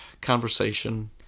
conversation